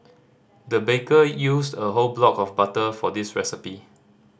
the baker used a whole block of butter for this recipe